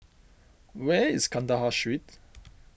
where is Kandahar Street